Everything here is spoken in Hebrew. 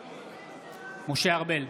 בעד משה ארבל,